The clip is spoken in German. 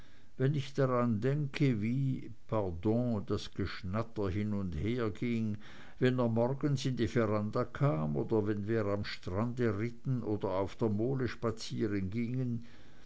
wenn ich daran denke wie pardon das geschnatter hin und her ging wenn er morgens in die veranda kam oder wenn wir am strande ritten oder auf der mole